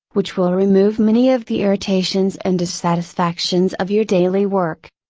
which will remove many of the irritations and dissatisfactions of your daily work.